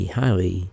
highly